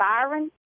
Byron